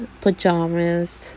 pajamas